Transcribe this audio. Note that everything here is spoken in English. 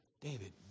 David